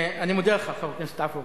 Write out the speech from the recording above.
אני מודה לך, חבר הכנסת עפו אגבאריה.